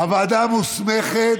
הוועדה המוסמכת,